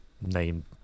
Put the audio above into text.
name